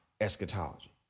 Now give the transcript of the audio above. eschatology